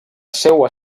seua